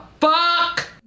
fuck